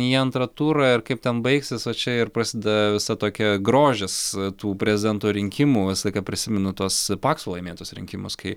į antrą turą ir kaip ten baigsis va čia ir prasideda visa tokia grožis tų prezidento rinkimų visą laiką prisimenu tuos pakso laimėtus rinkimus kai